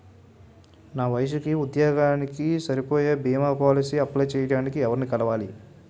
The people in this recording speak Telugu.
నా వయసుకి, ఉద్యోగానికి సరిపోయే భీమా పోలసీ అప్లయ్ చేయటానికి ఎవరిని కలవాలి?